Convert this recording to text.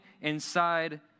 inside